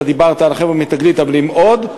אתה דיברת על חבר'ה מ"תגלית", אבל האם עוד?